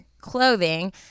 clothing